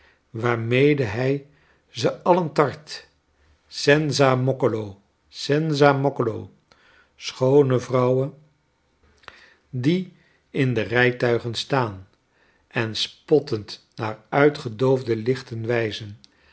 waarmede hij ze alien tart senza moccolo senza moccolo schoone vrouwen die in de rijtuigen staan en spottend naar uitgedoofde lichten wijzen